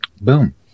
Boom